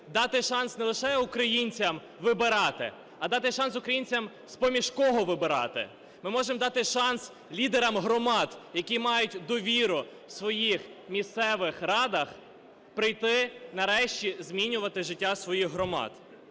дати шанс не лише українцям вибирати, а дати шанс українцям з-поміж кого вибирати. Ми можемо дати шанс лідерам громад, які мають довіру в своїх місцевих радах, прийти нарешті змінювати життя своїх громад.